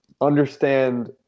Understand